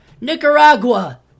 Nicaragua